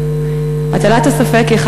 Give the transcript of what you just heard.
ולא מולכם,